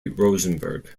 rosenberg